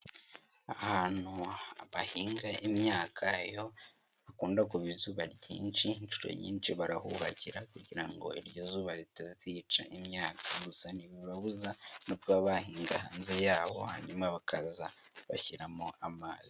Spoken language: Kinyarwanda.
Ahantu bahinga imyaka iyo hakunda kuva izuba ryishi inshuro nysishi barahubakira kujyirango iryo zuba ritazica imyaka, gusa ntibibabuza kuba bahinga hanze bakajya bashyiramo amazi.